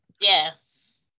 Yes